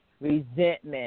resentment